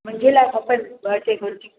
मुंहिंजे लाइ खपनि ॿ टे कुर्तियूं